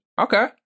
okay